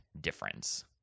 difference